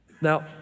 Now